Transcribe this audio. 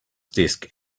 desk